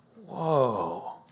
whoa